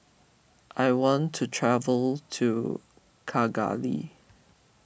I want to travel to Kigali